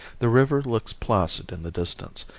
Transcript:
the river looks placid in the distance,